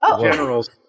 Generals